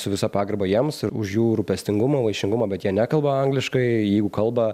su visa pagarba jiems už jų rūpestingumą vaišingumą bet jie nekalba angliškai jeigu kalba